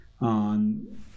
on